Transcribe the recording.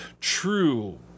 true